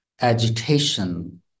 agitation